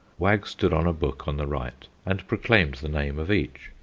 wag stood on a book on the right and proclaimed the name of each.